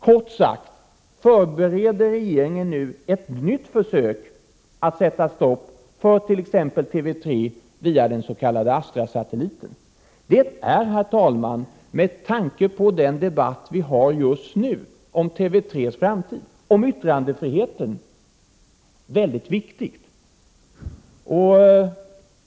Kort sagt: Förbereder regeringen nu ett nytt försök att sätta stopp för t.ex. TV 3 via den s.k. Astrasatelliten? Det är, herr talman, med tanke på den debatt vi just nu har om TV 3:s framtid och om yttrandefriheten, en oerhört viktig fråga.